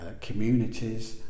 communities